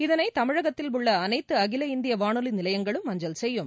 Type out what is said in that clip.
இதனை தமிழகத்தில் உள்ள அனைத்து அகில இந்திய வானொலி நிலையங்களும் அஞ்சல் செய்யும்